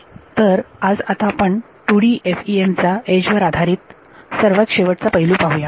तर आज आता आपण 2D FEM चा एज वर आधारित FEM चा सर्वात शेवटचा पैलू पाहूया